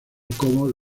como